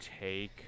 take